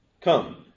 come